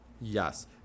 Yes